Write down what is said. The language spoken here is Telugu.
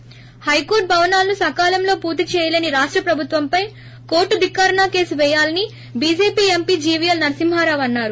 ి హైకోర్టు భవనాలను సకాలంలో పూర్తి చేయలేని రాష్ట ప్రభుత్వంపై కోర్టు ధిక్కారణ కేసు పేయాలని బీజేపీ ఎంపీ జీవీఎల్ నరసింహారావు అన్నారు